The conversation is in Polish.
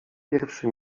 pierwszy